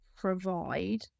provide